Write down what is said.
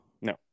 No